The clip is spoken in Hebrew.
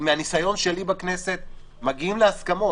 מהניסיון שלי בכנסת, מגיעים להסכמות.